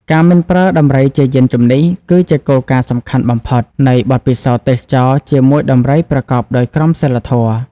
ការមិនប្រើដំរីជាយានជំនិះ គឺជា គោលការណ៍សំខាន់បំផុត នៃបទពិសោធន៍ទេសចរណ៍ជាមួយដំរីប្រកបដោយក្រមសីលធម៌។